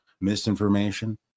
misinformation